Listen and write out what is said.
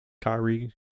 Kyrie